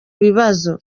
bibazo